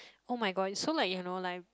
oh my god it's so like you know like